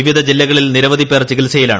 വിവിധ ജില്ലകളിൽ നിരവധി പേർ ചികിത്സയിലാണ്